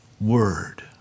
word